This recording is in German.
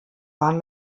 waren